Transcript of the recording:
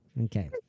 okay